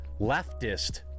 leftist